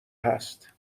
هست